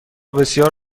بسیار